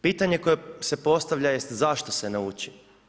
Pitanje koje se postavlja jest, zašto se ne uči.